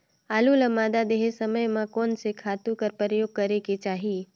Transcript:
आलू ल मादा देहे समय म कोन से खातु कर प्रयोग करेके चाही?